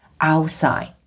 outside